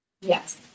Yes